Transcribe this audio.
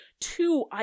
Two